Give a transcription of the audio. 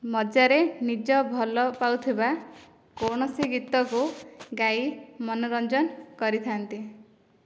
ମଜାରେ ନିଜ ଭଲ ପାଉଥିବା କୌଣସି ଗୀତକୁ ଗାଇ ମନୋରଞ୍ଜନ କରିଥାନ୍ତି